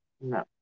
No